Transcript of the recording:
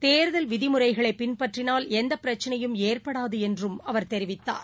தேர்தல் விதிமுறைகளைபின்பற்றினால் எந்தபிரச்சினையும் ஏற்படாதுஎன்றம் அவர் தெரிவித்தார்